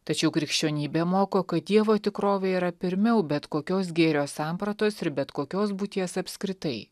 tačiau krikščionybė moko kad dievo tikrovė yra pirmiau bet kokios gėrio sampratos ir bet kokios būties apskritai